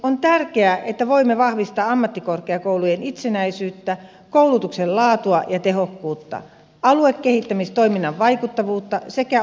on tärkeää että voimme vahvistaa ammattikorkeakoulujen itsenäisyyttä koulutuksen laatua ja tehokkuutta aluekehittämistoiminnan vaikuttavuutta sekä opiskelijapalvelujen tasoa